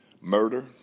murder